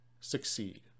succeed